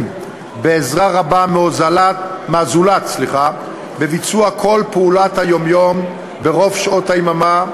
בעזרה רבה מהזולת בביצוע כל פעולות היום-יום ברוב שעות היממה,